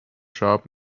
sharp